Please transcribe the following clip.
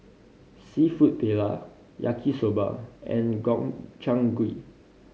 Seafood Paella Yaki Soba and Gobchang Gui